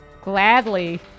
Gladly